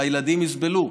והילדים יסבלו.